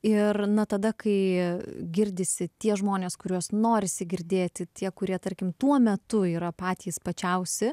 ir na tada kai girdisi tie žmonės kuriuos norisi girdėti tie kurie tarkim tuo metu yra patys pačiausi